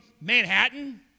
Manhattan